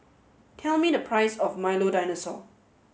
tell me the price of Milo Dinosaur